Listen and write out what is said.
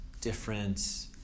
different